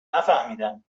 نفهمیدم